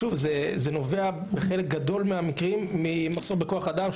שוב, זה נובע בחלק גדול מהמקרים ממחסור בכוח אדם.